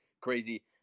crazy